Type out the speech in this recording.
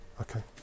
Okay